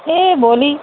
ए भोलि